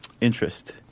interest